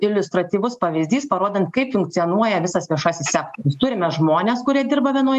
iliustratyvus pavyzdys parodant kaip funkcionuoja visas viešasis sektorius turime žmones kurie dirba vienoj